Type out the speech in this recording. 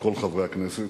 כל חברי הכנסת.